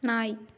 நாய்